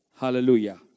Hallelujah